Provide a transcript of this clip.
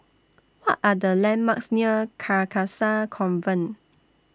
What Are The landmarks near Carcasa Convent